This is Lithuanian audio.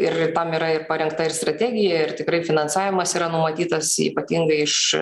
ir tam yra parengta ir strategija ir tikrai finansavimas yra numatytas ypatingai iš